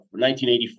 1984